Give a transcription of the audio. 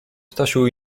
stasiu